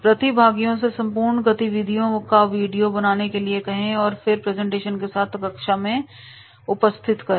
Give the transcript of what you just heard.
प्रतिभागियों से संपूर्ण गतिविधियों का वीडियो बनाने के लिए कहें और फिर प्रेजेंटेशन के साथ कक्षा में उपस्थित करें